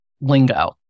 lingo